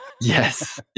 Yes